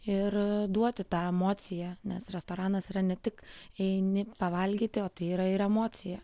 ir duoti tą emociją nes restoranas yra ne tik eini pavalgyti o tai yra ir emocija